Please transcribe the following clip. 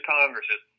Congresses